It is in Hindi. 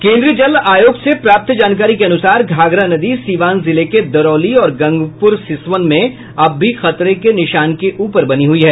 केन्द्रीय जल आयोग से प्राप्त जानकारी के अनुसार घाघरा नदी सीवान जिले के दरौली और गंगपुर सिसवन में अब भी खतरे के निशान के ऊपर बनी हुई है